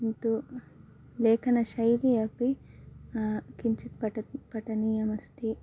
किन्तु लेखनशैली अपि किञ्चित् पटत् पठनीयमस्ति